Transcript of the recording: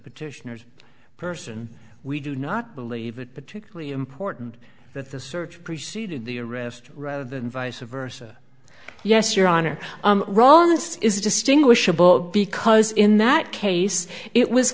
petitioners person we do not believe it particularly important that the search preceded the arrest rather than vice versa yes your honor wrongness is distinguishable because in that case it was